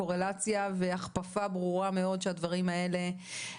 קורלציה והכפפה ברורה מאוד שהדברים האלה